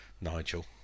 Nigel